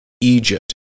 Egypt